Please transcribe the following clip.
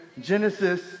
Genesis